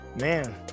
man